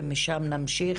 ומשם נמשיך.